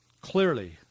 clearly